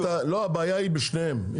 הבעיה היא בשניהם,